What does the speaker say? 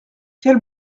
quel